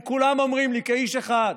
הם כולם אומרים לי, כאיש אחד: